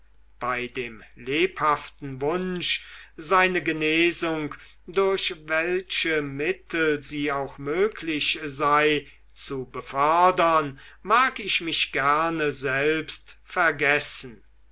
bei dem lebhaften wunsch seine genesung durch welche mittel sie auch möglich sei zu befördern mag ich mich gerne selbst vergessen